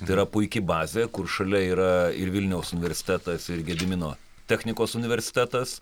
tai yra puiki bazė kur šalia yra ir vilniaus universitetas ir gedimino technikos universitetas